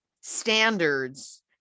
standards